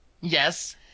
Yes